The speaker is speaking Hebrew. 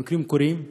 מקרים קורים.